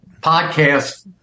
podcast